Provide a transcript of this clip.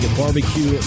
barbecue